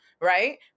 right